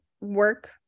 work